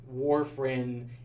warfarin